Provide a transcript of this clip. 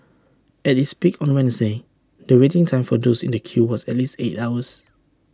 at its peak on the Wednesday the waiting time for those in the queue was at least eight hours